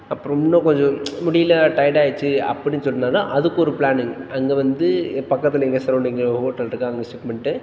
அப்புறம் இன்னும் கொஞ்சம் முடியலை டயர்டு ஆகிருச்சு அப்படின்னு சொன்னால் தான் அதுக்கு ஒரு ப்ளான் இருக்குது அங்கே வந்து பக்கத்தில் எங்கேயாவது சரௌண்டிங்கில் ஹோட்டல் இருக்கா அங்கே ஷிப்ட் பண்ணிட்டு